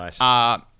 Nice